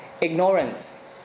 ignorance